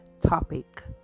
topic